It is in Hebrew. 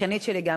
האחיינית שלי גם